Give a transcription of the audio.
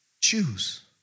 Choose